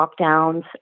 lockdowns